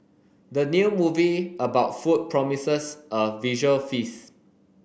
the new movie about food promises a visual feast